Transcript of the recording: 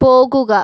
പോകുക